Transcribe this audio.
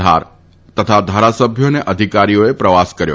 ધાર તથા ધારાસભ્યો અનાઅધિકારીઓએ પ્રવાસ કર્યો